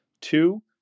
Two